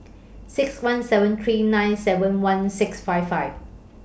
six one seven three nine seven one six five five